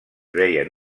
veien